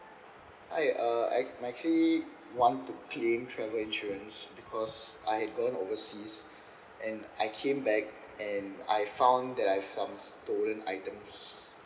hi uh I my actually want to claim travel insurance because I had gone overseas and I came back and I found that I've some stolen items